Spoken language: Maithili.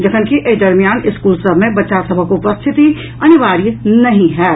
जखनकि एहि दरमियान स्कूल सभ मे बच्चा सभक उपस्थिति अनिर्वाय नहि होयत